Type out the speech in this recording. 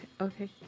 Okay